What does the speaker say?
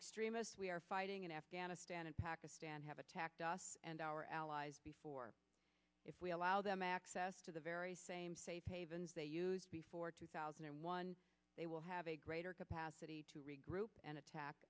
future we are fighting in afghanistan and pakistan have attacked us and our allies or if we allow them access to the very same safe havens they used before two thousand and one they will have a greater capacity to regroup and attack